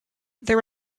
there